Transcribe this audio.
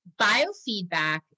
Biofeedback